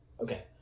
Okay